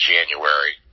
January